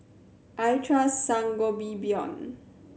I trust Sangobion